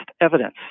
evidence